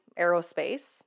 aerospace